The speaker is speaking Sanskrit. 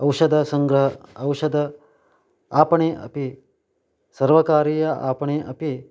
औषधसङ्ग्रहे औषध आपणे अपि सर्वकारीय आपणे अपि